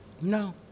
No